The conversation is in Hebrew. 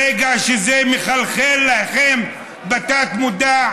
ברגע שזה מחלחל לכם בתת-מודע,